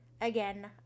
again